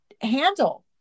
handle